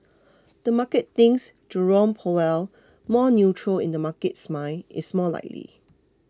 the market thinks Jerome Powell more neutral in the market's mind is more likely